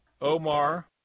Omar